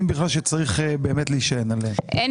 אם בכלל,